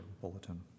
bulletin